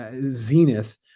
zenith